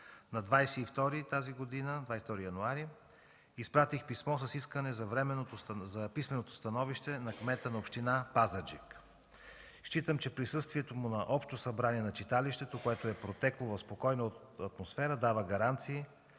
на 22 януари тази година изпратих писмо за писменото становище на кмета на община Пазарджик. Считам, че присъствието му на общото събрание на читалището, което е протекло в спокойна атмосфера, дава гаранции